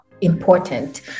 important